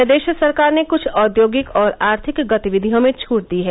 प्रदेश सरकार ने कृछ औद्योगिक और आर्थिक गतिविधियों में छूट दी है